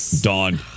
dawn